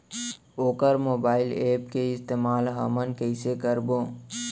वोकर mobile app के इस्तेमाल हमन कइसे करबो?